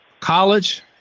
college